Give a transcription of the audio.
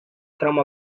trauma